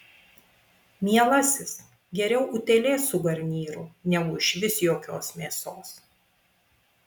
mielasis geriau utėlė su garnyru negu išvis jokios mėsos